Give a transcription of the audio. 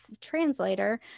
translator